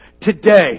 Today